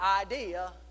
idea